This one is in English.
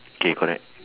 okay correct